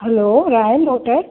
hello royal hotel